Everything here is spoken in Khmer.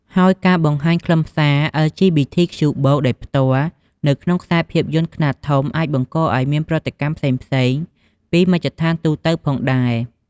ហើយការបង្ហាញខ្លឹមសារ អិល ជី ប៊ី ធី ខ្ជូ បូក (LGBTQ+)ដោយផ្ទាល់នៅក្នុងខ្សែភាពយន្តខ្នាតធំអាចបង្កឲ្យមានប្រតិកម្មផ្សេងៗពីមជ្ឈដ្ឋានទូទៅផងដែរ។